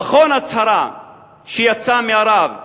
נכון, הצהרה שיצאה מהרב,